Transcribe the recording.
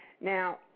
Now